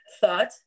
thought